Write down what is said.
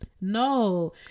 No